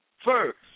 First